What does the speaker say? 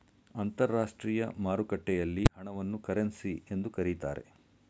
ಅಂತರಾಷ್ಟ್ರೀಯ ಮಾರುಕಟ್ಟೆಯಲ್ಲಿ ಹಣವನ್ನು ಕರೆನ್ಸಿ ಎಂದು ಕರೀತಾರೆ